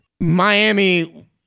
Miami